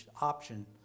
option